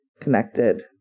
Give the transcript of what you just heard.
connected